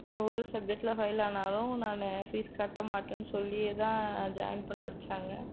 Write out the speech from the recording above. நீ ஒரு சப்ஜெக்ட்டில் ஃபெயில் ஆனாலும் நான் ஃபீஸ் கட்ட மாட்டேன்னு சொல்லியே தான் ஜாயின் பண்ண வச்சாங்க